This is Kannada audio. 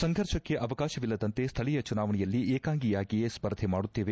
ಸಂಘರ್ಷಕ್ಕೆ ಅವಕಾವಿಲ್ಲದಂತೆ ಸ್ವಳೀಯ ಚುನಾವಣೆಯಲ್ಲಿ ಏಕಾಂಗಿಯಾಗಿಯೇ ಸ್ಪರ್ಧೆ ಮಾಡುತ್ತೇವೆ